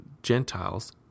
Gentiles